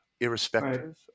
irrespective